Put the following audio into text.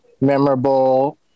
memorable